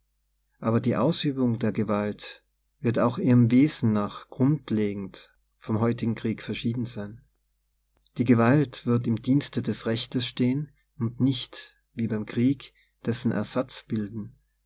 aber die ausübung der gewalt wird auch ihrem wesen nach grundlegend vom heutigen krieg verschieden sein die gewalt wird im dienste des rechtes stehen und nicht wie beim krieg dessen ersatz bilden